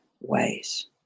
ways